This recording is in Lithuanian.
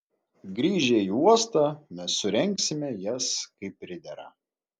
grįžę į uostą mes surengsime jas kaip pridera